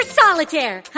solitaire